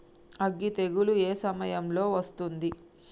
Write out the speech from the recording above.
అగ్గి తెగులు ఏ సమయం లో వస్తుంది?